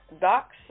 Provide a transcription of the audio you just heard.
docs